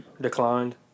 declined